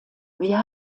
wir